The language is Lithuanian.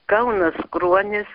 kaunas kruonis